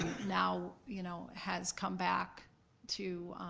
now you know has come back to